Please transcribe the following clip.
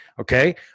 Okay